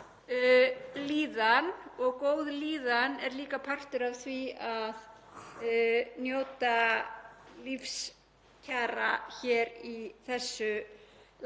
fólks og góð líðan er líka partur af því að njóta lífskjara hér í þessu